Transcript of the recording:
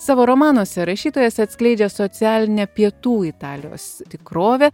savo romanuose rašytojas atskleidžia socialinę pietų italijos tikrovę